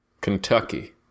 Kentucky